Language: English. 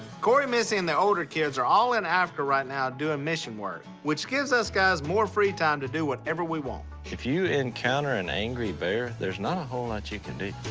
korie, missy and the older kids are all in africa right now doing mission work. which gives us guys more free time to do what ever we want. if you encounter an angry bear, there's not a whole lot you can do.